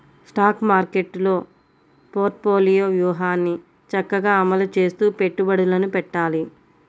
stock మార్కెట్టులో portfolio వ్యూహాన్ని చక్కగా అమలు చేస్తూ పెట్టుబడులను పెట్టాలి